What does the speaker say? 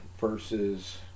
versus